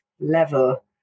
level